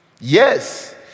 Yes